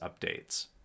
updates